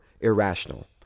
Irrational